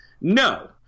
no